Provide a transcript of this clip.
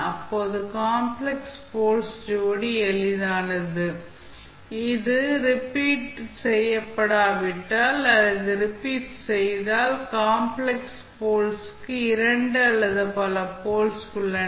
இப்போது complex poles ஜோடி எளிதானது அது ரிப்பீட் செய்யப்படாவிட்டால் அல்லது ரிப்பீட் செய்தால் காம்ப்ளக்ஸ் போல்ஸ் ல் இரண்டு அல்லது பல போல்ஸ் உள்ளன